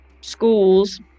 schools